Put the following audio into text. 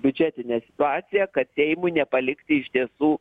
biudžetinę situaciją kad seimui nepalikti iš tiesų